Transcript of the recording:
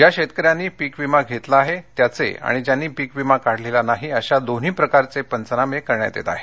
ज्या शेतकऱ्यांनी पिक विमा घेतला आहे त्याचे आणि ज्यांनी पिक विमा काढला नाही अशा दोन्ही प्रकारचे पंचमाने करण्यात येत आहेत